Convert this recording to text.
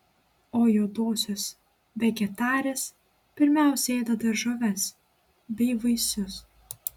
o juodosios vegetarės pirmiausia ėda daržoves bei vaisius